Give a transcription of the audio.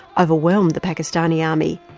overwhelmed the pakistani army,